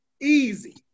Easy